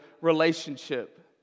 relationship